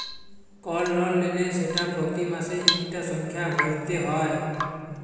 call লল লিলে সেট পতি মাসে ইকটা সংখ্যা ভ্যইরতে হ্যয়